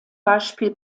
beispiel